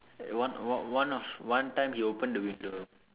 at one one one of one time he opened the window